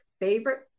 favorite